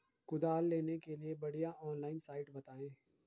कुदाल लेने के लिए बढ़िया ऑनलाइन साइट बतायें?